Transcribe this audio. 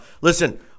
listen